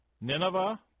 Nineveh